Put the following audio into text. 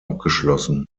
abgeschlossen